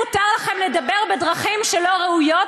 מותר לכם לדבר בדרכים שלא ראויות,